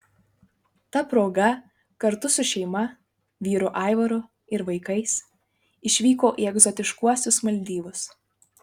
ta proga kartu su šeima vyru aivaru ir vaikais išvyko į egzotiškuosius maldyvus